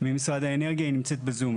ממשרד האנרגיה, היא נמצאת בזום.